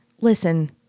listen